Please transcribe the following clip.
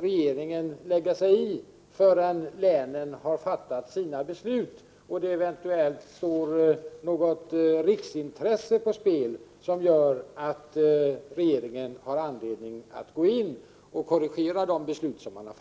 regeringen inte blanda sig i förrän länen har fattat sina beslut och det eventuellt står något riksintresse på spel som gör att regeringen har anledning att gå in och korrigera beslut som fattats.